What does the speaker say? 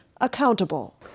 accountable